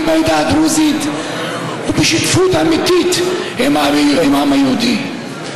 בעדה הדרוזית ובשותפות אמיתית עם העם היהודי.